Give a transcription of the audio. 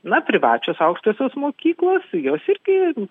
na privačios aukštosios mokyklos jos irgi